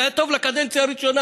זה היה טוב לקדנציה הראשונה.